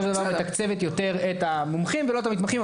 שמתקצבת יותר את המומחים ולא את המתמחים בסופו של דבר.